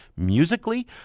musically